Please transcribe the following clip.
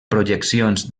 projeccions